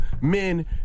men